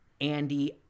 Andy